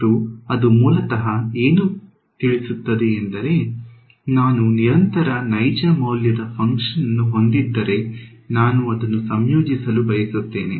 ಮತ್ತು ಅದು ಮೂಲತಃ ಏನು ತಿಳಿಸುತ್ತದೆ ಎಂದರೆ ನಾನು ನಿರಂತರ ನೈಜ ಮೌಲ್ಯದ ಫಂಕ್ಷನ್ ಅನ್ನು ಹೊಂದಿದ್ದರೆ ನಾನು ಆದನ್ನು ಸಂಯೋಜಿಸಲು ಬಯಸುತ್ತೇನೆ